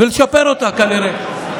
לשפר אותה, כנראה.